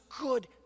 good